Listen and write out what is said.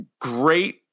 great